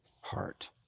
heart